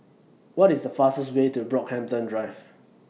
What IS The fastest Way to Brockhampton Drive